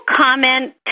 comment